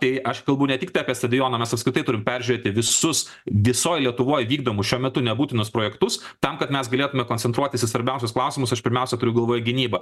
tai aš kalbu ne tik tai apie stadioną mes apskritai turim peržiūrėti visus visoj lietuvoje vykdomus šiuo metu nebūtinus projektus tam kad mes galėtume koncentruotis į svarbiausius klausimus aš pirmiausia turiu galvoj gynybą